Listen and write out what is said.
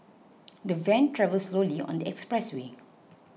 the van travelled slowly on the expressway